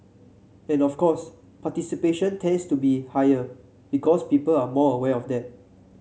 and of course participation tends to be higher because people are more aware of that